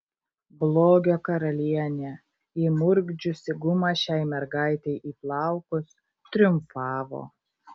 blogio karalienė įmurkdžiusi gumą šiai mergaitei į plaukus triumfavo